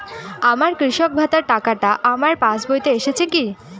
আমার কৃষক ভাতার টাকাটা আমার পাসবইতে এসেছে কি?